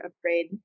afraid